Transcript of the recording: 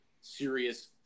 serious